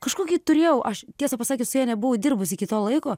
kažkokį turėjau aš tiesą pasakius su ja nebuvau dirbus iki to laiko